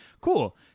cool